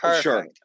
sure